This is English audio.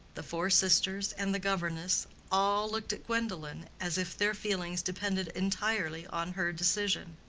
the four sisters and the governess all looked at gwendolen, as if their feelings depended entirely on her decision.